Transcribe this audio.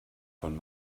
von